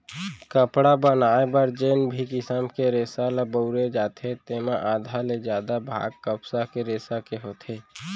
कपड़ा बनाए बर जेन भी किसम के रेसा ल बउरे जाथे तेमा आधा ले जादा भाग कपसा के रेसा के होथे